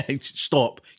Stop